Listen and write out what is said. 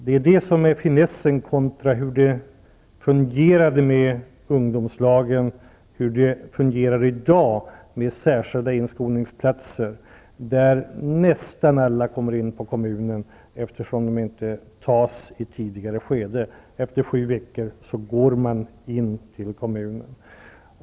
Det är finessen i jämförelse med hur det fungerade med ungdomslagen och hur det fungerar i dag med särskilda inskolningsplatser, där nästan alla kommer in till kommunen, eftersom de inte tas i tidigare skede; efter sju veckor går man in till kommunen.